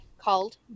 called